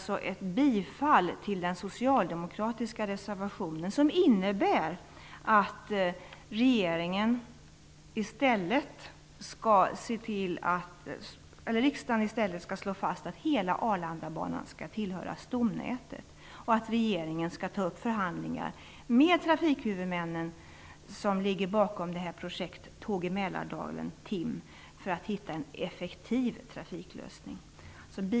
Jag yrkar bifall till den socialdemokratiska reservationen, som innebär att riksdagen i stället skall slå fast att hela Arlandabanan skall tillhöra stomnätet och att regeringen skall ta upp förhandlingar med de trafikhuvudmän som ligger bakom projektet Tåg i